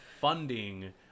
funding